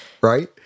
right